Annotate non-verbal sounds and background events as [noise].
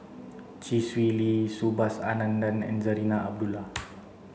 Chee Swee Lee Subhas Anandan and Zarinah Abdullah [noise]